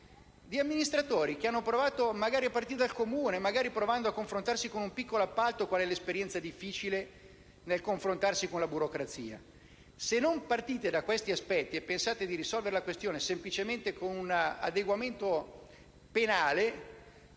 di amministratori che hanno provato a partire dal Comune, magari provando a confrontarsi con un piccolo appalto, e che sanno quanto sia difficile avere a che fare con la burocrazia. Se non partite da questi aspetti e pensate di risolvere la questione semplicemente con un adeguamento penale